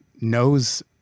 knows